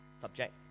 subject